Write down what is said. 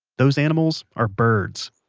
those animals are birds.